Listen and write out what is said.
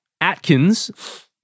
Atkins